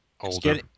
Older